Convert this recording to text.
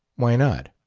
why not?